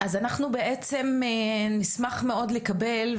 אז אנחנו בעצם נשמח מאוד לקבל,